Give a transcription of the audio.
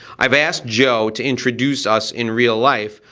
i've asked joe to introduce us in real life,